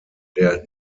der